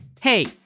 Hey